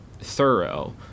thorough